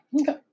okay